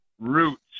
roots